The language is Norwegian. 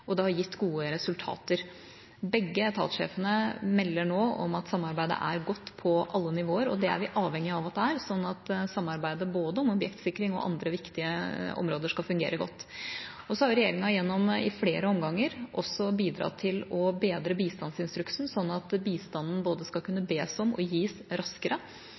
og det har gitt gode resultater. Begge etatsjefene melder nå om at samarbeidet er godt på alle nivåer, og det er vi avhengig av at det er, sånn at samarbeidet både om objektsikring og på andre viktige områder skal fungere godt. Så har regjeringa i flere omganger også bidratt til å bedre bistandsinstruksen, sånn at bistanden både skal kunne bes om og gis raskere.